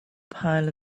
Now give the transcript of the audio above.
pile